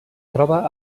troba